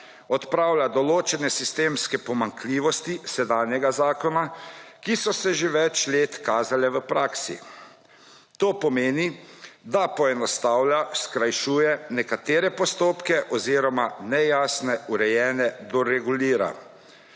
odpravlja določene sistemske pomanjkljivosti sedanjega zakona, ki so se že več let kazale v praksi. To pomeni, da poenostavlja, skrajšuje nekatere postopke oziroma nejasne urejene doregulira.